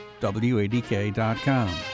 WADK.com